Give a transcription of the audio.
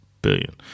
Billion